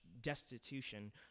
destitution